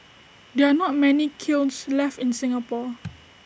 there are not many kilns left in Singapore